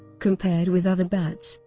compared with other bats,